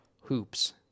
hoops